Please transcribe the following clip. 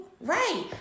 Right